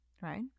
right